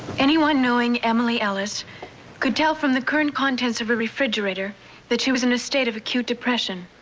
anyone knowing emily ellis could tell from the current contents of her refrigerator that she was in a state of acute depression.